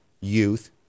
youth